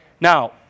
Now